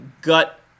gut